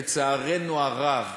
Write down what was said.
לצערנו הרב.